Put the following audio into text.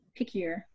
pickier